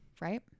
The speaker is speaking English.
right